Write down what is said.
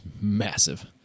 massive